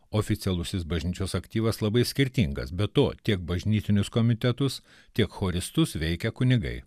oficialusis bažnyčios aktyvas labai skirtingas be to tiek bažnytinius komitetus tiek choristus veikia kunigai